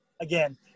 again